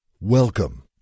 Welcome